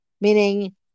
meaning